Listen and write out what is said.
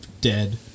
dead